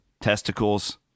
testicles